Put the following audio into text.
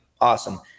awesome